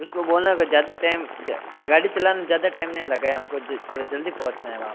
उसको बोलना के ज़्यादा टाइम गाड़ी चलाने में ज़्यादा टाइम ना लगाए हमको थोड़ा जल्दी पहुचना है वहाँ पर